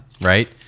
right